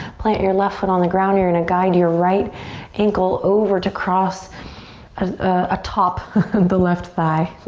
plant your left foot on the ground. you're gonna guide your right ankle over to cross ah atop the left thigh.